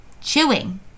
Chewing